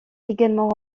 également